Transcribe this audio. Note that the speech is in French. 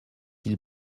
ils